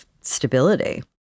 stability